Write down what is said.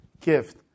gift